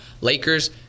Lakers